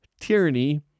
tyranny